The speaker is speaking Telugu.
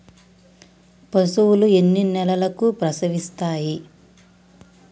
పశువులు ఎన్ని నెలలకు ప్రసవిస్తాయి?